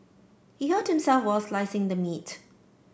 he hurt himself while slicing the meat